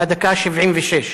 מהדקה ה-76.